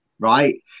Right